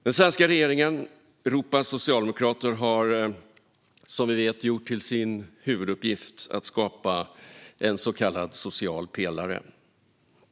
Den svenska regeringen och Europas socialdemokrater har, som vi vet, gjort till sin huvuduppgift att skapa en så kallad social pelare.